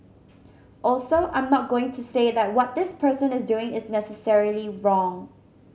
also I'm not going to say that what this person is doing is necessarily wrong